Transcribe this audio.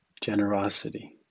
generosity